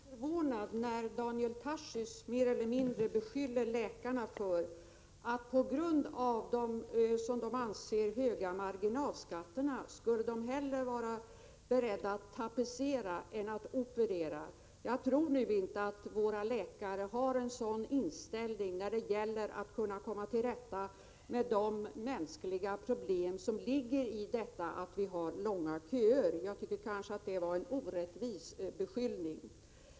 Herr talman! Jag blir litet förvånad när Daniel Tarschys mer eller mindre beskyller läkarna för att dessa på grund av de — som de anser — höga marginalskatterna skulle vara beredda att tapetsera hellre än att operera. Jag tror inte att våra läkare har en sådan inställning när det gäller att komma till rätta med de mänskliga problem som blir resultatet av att vi har långa köer. Jag tycker att det var en orättvis beskyllning.